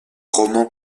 roman